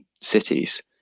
cities